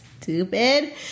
stupid